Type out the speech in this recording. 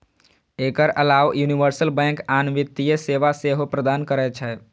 एकर अलाव universal bank आन वित्तीय सेवा सेहो प्रदान करै छै